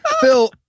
phil